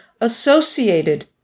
associated